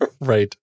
Right